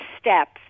steps